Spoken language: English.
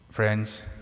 Friends